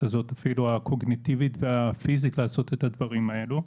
הזאת הקוגניטיבית והפיזית לעשות את הדברים האלה.